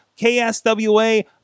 KSWA